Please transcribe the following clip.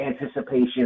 anticipation